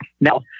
Now